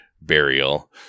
burial